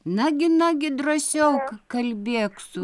nagi nagi drąsiau ka kalbėk su